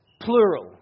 plural